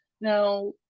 now